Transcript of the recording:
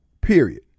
period